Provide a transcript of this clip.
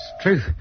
Truth